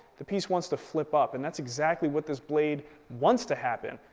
the piece wants to flip up and that's exactly what this blade wants to happen,